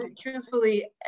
truthfully